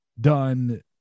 done